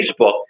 Facebook